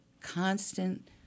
constant